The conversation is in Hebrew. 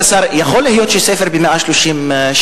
כן, כבוד השר, יכול להיות ספר ב-130 שקל.